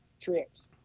Trips